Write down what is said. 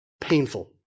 painful